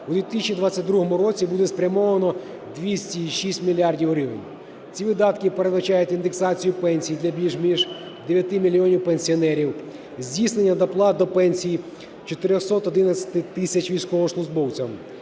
в 2022 році буде спрямовано 200,6 мільярда гривень. Ці видатки передбачають індексацію пенсій для більш ніж 9 мільйонів пенсіонерів, здійснення доплат до пенсій 411 тисячам військовослужбовцям.